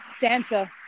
Santa